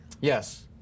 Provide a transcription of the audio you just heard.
yes